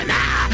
now